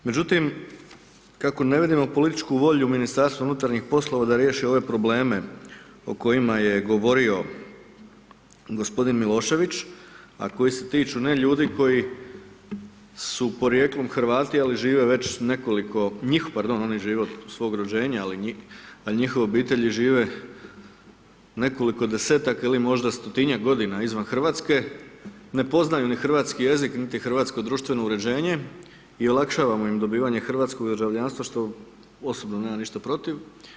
Međutim, kako ne vidimo političku volju Ministarstva unutarnjih poslova, da riješi ove probleme o kojima je govorio g. Milošević, a koji se tiču ne ljudi, koji su poprijekom hrvati a žive već nekoliko, njih, pardon, oni žive od svog rođenja, ali njihove obitelji žive nekoliko desetaka ili stotinjak godina izvan Hrvatske, ne poznaju niti hrvatski jezik, niti hrvatsko društveno uređenje i olakšavamo im hrvatsko državljanstvo, što osobno nemam ništa protiv.